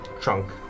trunk